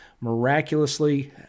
miraculously